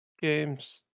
games